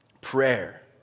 Prayer